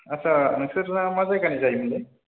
आथसा नोंसोरना मा जायगानि जायो मोनलाय